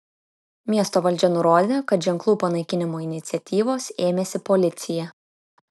miesto valdžia nurodė kad ženklų panaikinimo iniciatyvos ėmėsi policija